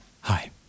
Hi